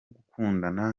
gukundana